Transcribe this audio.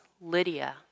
Lydia